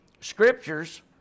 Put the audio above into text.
scriptures